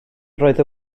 roedd